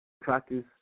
Practice